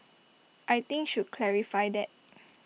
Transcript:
I think should clarify that